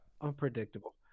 unpredictable